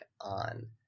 on